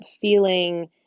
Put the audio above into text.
feeling